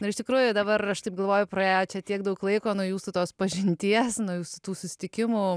na ir iš tikrųjų dabar aš taip galvoju praėjo čia tiek daug laiko nuo jūsų tos pažinties nuo jūsų tų susitikimų